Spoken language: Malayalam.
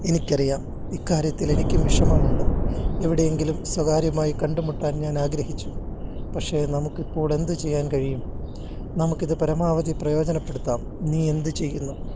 എനിക്ക് അറിയാം ഇക്കാര്യത്തിൽ എനിക്കും വിഷമമുണ്ട് എവിടെ എങ്കിലും സ്വകാര്യമായി കണ്ടുമുട്ടാൻ ഞാൻ ആഗ്രഹിച്ചു പക്ഷെ നമുക്ക് ഇപ്പോൾ എന്തുചെയ്യാൻ കഴിയും നമുക്ക് ഇത് പരമാവധി പ്രയോജനപ്പെടുത്താം നീ എന്ത് ചെയ്യുന്നു